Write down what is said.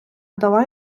дала